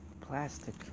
plastic